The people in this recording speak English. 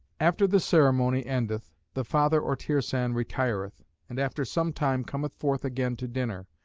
after the ceremony endeth the father or tirsan retireth and after some time cometh forth again to dinner,